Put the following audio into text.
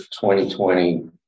2020